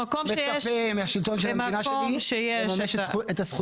במקום שיש --- לא עושה את תפקידו,